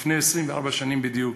לפני 24 שנים בדיוק,